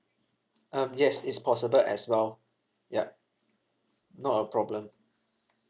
um yes it's possible as well yup not a problem